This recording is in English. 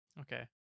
Okay